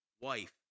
wife